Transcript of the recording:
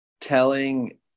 telling